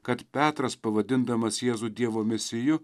kad petras pavadindamas jėzų dievo mesiju